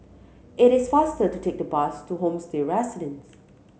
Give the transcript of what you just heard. it is faster to take the bus to Homestay Residences